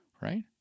right